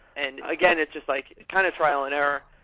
and again, it's just like kind of trial and error.